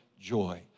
joy